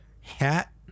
hat